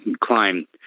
climb